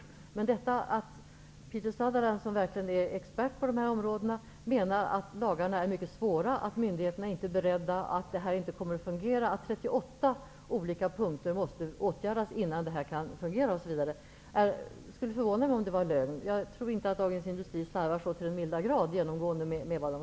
Vad jag pekade på var att Peter Sutherland, som verkligen är en expert på detta område, menar att lagarna är mycket svåra och att detta inte kommer att fungera utan att 38 punkter åtgärdas. Det skulle förvåna mig om det var lögn. Jag tror inte att man på Dagens Industri slarvar så till den mildra grad.